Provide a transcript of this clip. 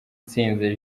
itsinze